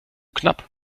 knapp